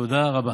תודה רבה.